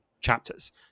chapters